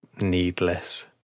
needless